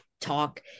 talk